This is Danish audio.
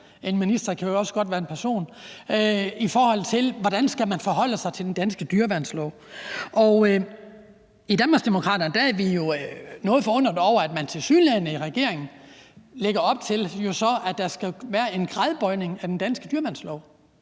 en minister kan jo også godt være en person – i forhold til hvordan man skal forholde sig til den danske dyreværnslov. Og i Danmarksdemokraterne er vi jo noget forundret over, at man tilsyneladende i regeringen så lægger op til, at der skal være en gradbøjning af den danske dyreværnslov.